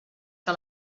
que